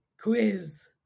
quiz